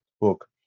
book